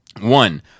One